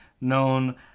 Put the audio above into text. known